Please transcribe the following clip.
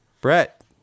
Brett